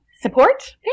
support